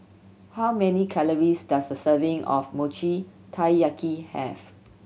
how many calories does a serving of Mochi Taiyaki have